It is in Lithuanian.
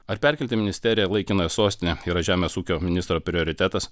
ar perkelti ministeriją į laikinąją sostinę yra žemės ūkio ministro prioritetas